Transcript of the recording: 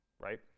Right